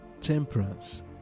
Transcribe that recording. temperance